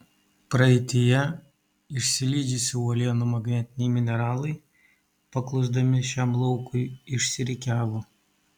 praeityje išsilydžiusių uolienų magnetiniai mineralai paklusdami šiam laukui išsirikiavo